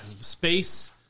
Space